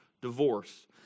divorce